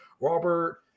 Robert